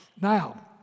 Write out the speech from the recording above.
Now